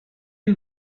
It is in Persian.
این